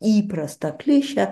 įprastą klišę